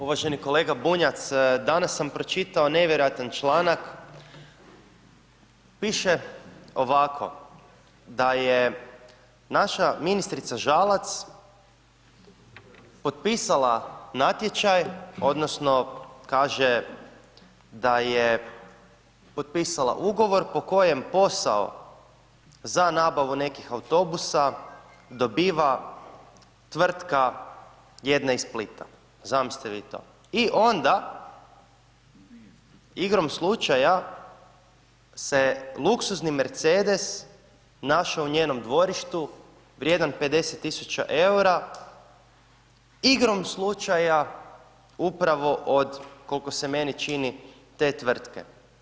Uvaženi kolega Bunjac, danas sam pročitao nevjerojatan članak, piše ovako da je naša ministrica Žalac potpisala natječaj odnosno kaže da je potpisala ugovor po kojem posao za nabavu nekih autobusa dobiva tvrtka jedna iz Splita, zamislite vi to i onda igrom slučaja se luksuzni mercedes našao u njenom dvorištu vrijdan 50.000,00 EUR-a, igrom slučaja upravo od, koliko se meni čini, te tvrtke.